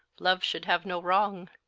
love should have no wronge.